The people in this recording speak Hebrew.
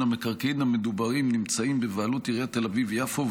המקרקעין המדוברים נמצאים בבעלות עיריית תל אביב-יפו,